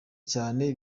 cyane